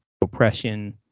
oppression